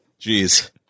Jeez